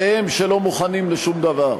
זה הם שלא מוכנים לשום דבר.